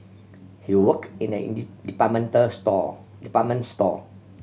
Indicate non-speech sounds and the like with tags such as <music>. he work in a <unintelligible> department store department store